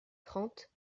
trente